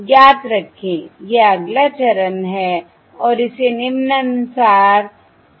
याद रखें यह अगला चरण है और इसे निम्नानुसार चित्रित किया जा सकता है